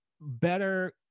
better